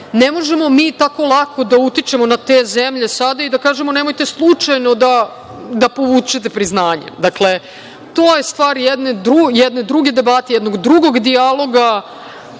Ne možemo mi tako lako da utičemo na te zemlje sada i da kažemo – nemojte slučajno da povučete priznanje. Dakle, to je stvar jedne druge debate, jednog drugog dijaloga